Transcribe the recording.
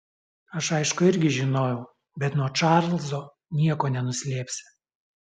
aš aišku irgi žinojau bet nuo čarlzo nieko nenuslėpsi